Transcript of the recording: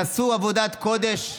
והם עשו עבודת קודש.